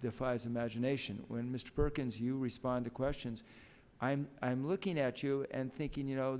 defies imagination when mr perkins you respond to questions i'm i'm looking at you and thinking you know